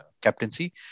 captaincy